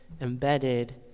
embedded